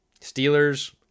steelers